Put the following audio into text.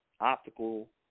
optical